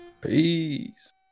Peace